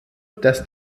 dass